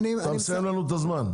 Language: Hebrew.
לוקחים מפה ומקבלים מפה.